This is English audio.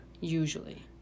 Usually